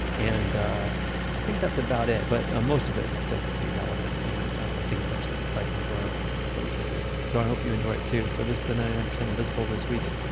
and i think that's about it, but ah most of it is still pretty relevant and i think it's actually quite enjoyable to listen to. so i hope you enjoy it too. so this is the ninety nine percent invisible this week,